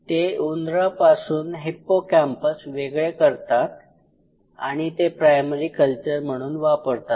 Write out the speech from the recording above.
ते उंदरापासून हिप्पोकॅम्पस वेगळे करतात आणि ते प्रायमरी कल्चर म्हणून वापरतात